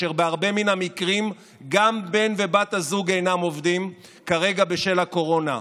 ובהרבה מן המקרים גם בן ובת הזוג אינם עובדים כרגע בשל הקורונה.